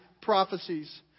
prophecies